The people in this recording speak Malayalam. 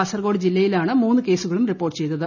കാസർകോഡ് ജില്ലയിലാണ് മൂന്ന് കേസുകളും റിപ്പോർട്ട് ചെയ്തത്